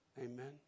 Amen